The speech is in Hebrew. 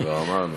כבר אמרנו.